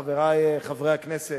חברי חברי הכנסת,